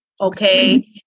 Okay